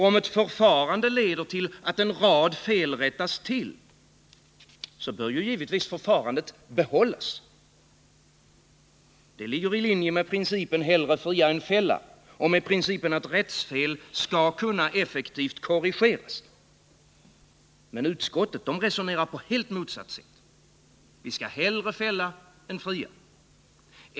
Om ett förfarande leder till att en rad fel rättas till, bör givetvis förfarandet behållas. Det ligger i linje med principen hellre fria än fälla och med principen att rättsfel skall kunna effektivt korrigeras. Men utskottet resonerar på helt motsatt sätt: Vi skall hellre fälla än fria.